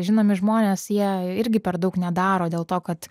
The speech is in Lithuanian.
žinomi žmonės jie irgi per daug nedaro dėl to kad